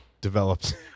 developed